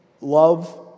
love